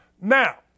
Now